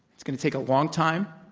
it's going to take a long time.